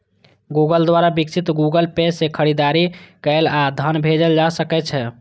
Google द्वारा विकसित Google Pay सं खरीदारी कैल आ धन भेजल जा सकै छै